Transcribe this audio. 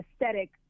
aesthetic